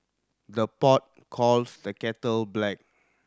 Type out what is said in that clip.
the pot calls the kettle black